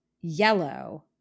yellow